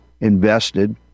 invested